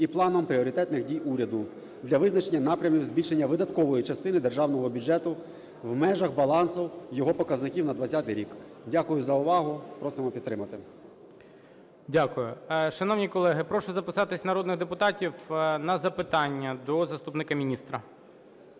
і планом пріоритетних дій уряду для визначення напрямів збільшення видаткової частини Державного бюджету в межах балансу його показників на 20-й рік. Дякую за увагу. Просимо підтримати. ГОЛОВУЮЧИЙ. Дякую. Шановні колеги, прошу записатись народних депутатів на запитання до заступника міністра.